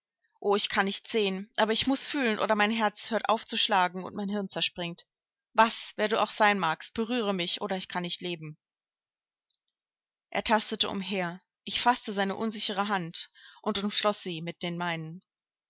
o ich kann nicht sehen aber ich muß fühlen oder mein herz hört auf zu schlagen und mein hirn zerspringt was wer du auch sein magst berühre mich oder ich kann nicht leben er tastete umher ich faßte seine unsichere hand und umschloß sie mit den meinen